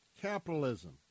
Capitalism